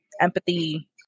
empathy